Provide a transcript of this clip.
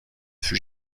fut